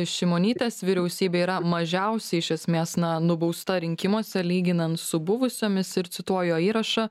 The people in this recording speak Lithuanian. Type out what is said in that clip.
šimonytės vyriausybė yra mažiausiai iš esmės na nubausta rinkimuose lyginant su buvusiomis ir cituoju jo įrašą